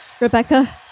Rebecca